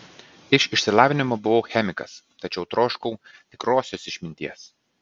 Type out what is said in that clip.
iš išsilavinimo buvau chemikas tačiau troškau tikrosios išminties